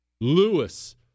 Lewis